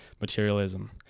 materialism